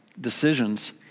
decisions